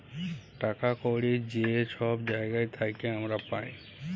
টাকা কড়হি যে ছব জায়গার থ্যাইকে আমরা পাই